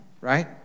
right